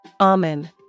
Amen